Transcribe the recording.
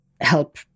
help